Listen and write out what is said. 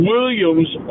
Williams